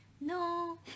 No